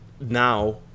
now